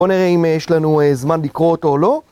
בוא נראה אם יש לנו זמן לקרוא אותו או לא.